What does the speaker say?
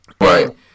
Right